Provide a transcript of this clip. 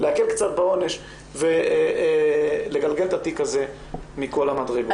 להקל קצת בעונש ולגלגל את התיק הזה מכל המדרגות.